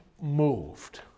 moved